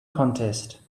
contest